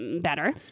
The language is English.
better